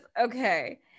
okay